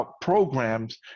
programs